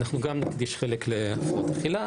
יש חלק להפרעות אכילה,